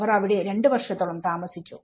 അവർ അവിടെ രണ്ടു വർഷത്തോളം താമസിച്ചു